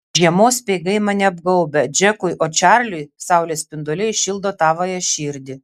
žiemos speigai mane apgaubia džekui o čarliui saulės spinduliai šildo tavąją širdį